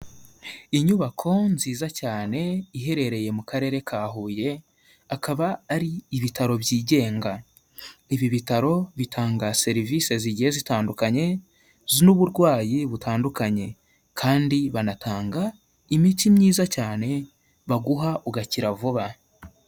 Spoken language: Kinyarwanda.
Inyubako nziza cyane iherereye mu karere ka Huye, akaba ari ibitaro byigenga, ibi bitaro bitanga serivisi zigiye zitandukanye n'uburwayi butandukanye, kandi banatanga imiti myiza cyane baguha ugakira vuba.